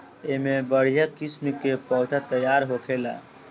एमे बढ़िया किस्म के पौधा तईयार होखेला